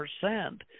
percent